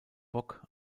bock